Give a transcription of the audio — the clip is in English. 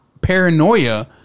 paranoia